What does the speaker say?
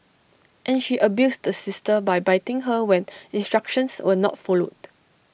and she abused the sister by biting her when instructions were not followed